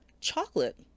chocolate